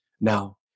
Now